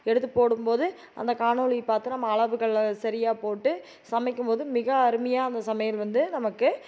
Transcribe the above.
எடுத்துப் போடும் போது அந்த காணொளி பார்த்து நம்ம அளவுகள் சரியாக போட்டு சமைக்கும்போது மிக அருமையாக அந்த சமையல் வந்து நமக்கு